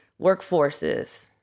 workforces